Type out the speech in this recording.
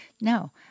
No